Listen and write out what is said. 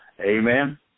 Amen